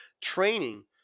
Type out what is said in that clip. Training